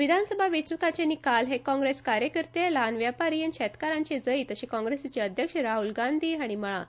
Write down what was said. विधानसभा वेचणूकांचे निकाल हे काँग्रेस कार्यकर्ते ल्हान व्यापारी आनी शेतकारांचे जैत अशें काँग्रेसीचे अध्यक्ष राहल गांधी हांणी म्हळा